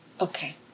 Okay